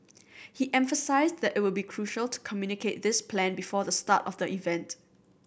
he emphasised that it would be crucial to communicate this plan before the start of the event